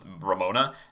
ramona